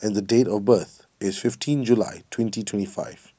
and date of birth is fifteen July twenty twenty five